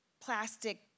plastic